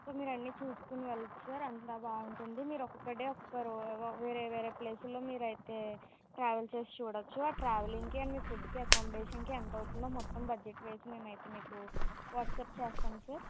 so మీరు అన్నీ చూసుకుని వెళ్ళచ్చు సార్ అంతా బాగుంటుంది మీరు ఒకొక్క డే ఒకొక్క వేరే వేరే ప్లేసుల్లో మీరు అయితే ట్రావెల్ చేసి చూడొచ్చు ఆ ట్రావెలింగ్కి ఇంకా మీ ఫుడ్కి ఆకామమొడేషన్కి ఎంత అవుతుందో మొత్తం బడ్జెట్ వేసి మేమైతే మీకు వాట్సాప్ చేస్తాం సార్